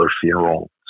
funeral